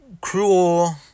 cruel